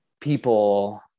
people